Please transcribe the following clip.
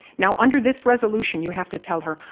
now, under this resolution, you have to tell her,